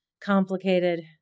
complicated